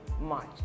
march